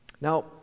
Now